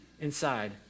inside